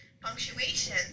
punctuation